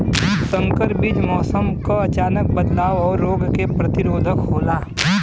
संकर बीज मौसम क अचानक बदलाव और रोग के प्रतिरोधक होला